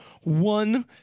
one